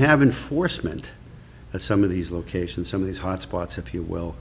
haven't for some and some of these locations some of these hotspots if you will